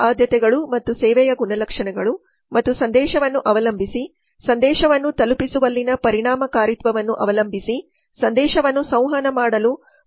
ಆದ್ಯತೆಗಳು ಮತ್ತು ಸೇವೆಯ ಗುಣಲಕ್ಷಣಗಳು ಮತ್ತು ಸಂದೇಶವನ್ನು ಅವಲಂಬಿಸಿ ಸಂದೇಶವನ್ನು ತಲುಪಿಸುವಲ್ಲಿನ ಪರಿಣಾಮಕಾರಿತ್ವವನ್ನು ಅವಲಂಬಿಸಿ ಸಂದೇಶವನ್ನು ಸಂವಹನ ಮಾಡಲು ಮಾಧ್ಯಮವನ್ನು ಈಗ ಸಂಸ್ಥೆ ಶಿಫಾರಸು ಮಾಡುತ್ತದೆ